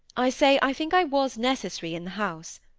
i say, i think i was necessary in the house.